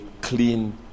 clean